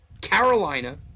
Carolina